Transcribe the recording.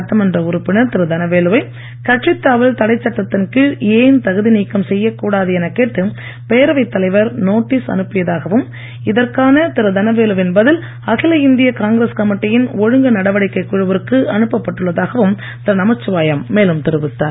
சட்டமன்ற உறுப்பினர் திரு தனவேலுவை கட்சித் தாவல் தடை சட்டத்தின் கீழ் ஏன் தகுதி நீக்கம் செய்யக் கூடாது எனக் கேட்டு பேரவை தலைவர் நோட்டீஸ் அனுப்பியதாகவும் இதற்கான திரு தனவேலுவின் பதில் அகில இந்திய காங்கிரஸ் கமிட்டியின் ஒழுங்கு நடவடிக்கை குழுவிற்கு அனுப்பப் பட்டுள்ளதாகவும் திரு நமச்சிவாயம் மேலும் தெரிவித்தார்